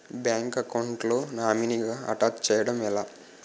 Bank account లో నామినీగా attach చేయడం ఎలా?